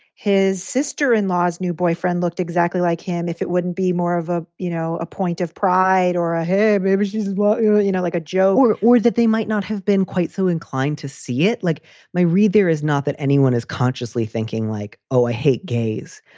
his sister in law's new boyfriend looked exactly like him if it wouldn't be more of a, you know, a point of pride or a hair, maybe she's well, you you know, like a joke or or that they might not have been quite so inclined to see it like my read, there is not that anyone is consciously thinking like, oh, i hate gays,